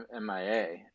MIA